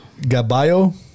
Gabayo